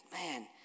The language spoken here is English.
man